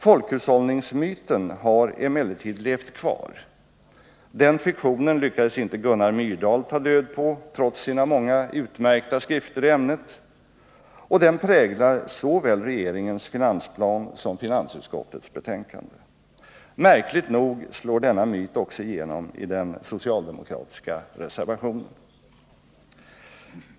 Folkhushållningsmyten har emellertid levt kvar — den fiktionen lyckades inte Gunnar Myrdal ta död på trots sina många utmärkta skrifter i ämnet — och den präglar såväl regeringens finansplan som finansutskottets betänkande. Märkligt nog slår denna myt också igenom i den socialdemokratiska reservationen.